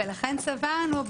ולכן סברנו,